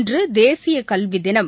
இன்று தேசிய கல்வி தினம்